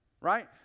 right